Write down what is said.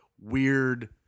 weird